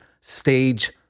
stage